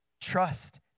Trust